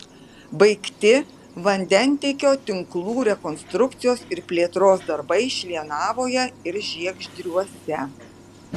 baigti vandentiekio tinklų rekonstrukcijos ir plėtros darbai šlienavoje ir žiegždriuose